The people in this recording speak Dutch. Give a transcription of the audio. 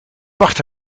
wacht